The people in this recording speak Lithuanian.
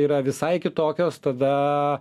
yra visai kitokios tada